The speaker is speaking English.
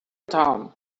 town